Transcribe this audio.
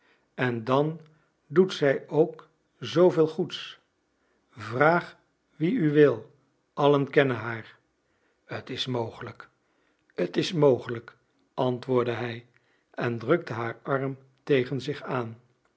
en dan doet zij ook zooveel goeds vraag wie u wil allen kennen haar t is mogelijk t is mogelijk antwoordde hij en drukte haar arm tegen zich aan